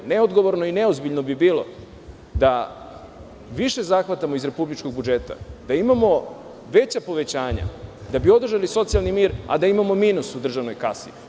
Neodgovorno i neozbiljno bi bilo da više zahvatamo iz republičkog budžeta, da imamo veća povećanja da bi održali socijalni mir, a da imamo minus u državnoj kasi.